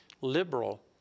liberal